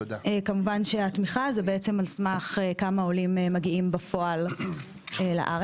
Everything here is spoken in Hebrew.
כמובן שהתמיכה זה בעצם על סמך כמה עולים מגיעים בפועל לארץ.